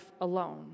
alone